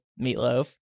Meatloaf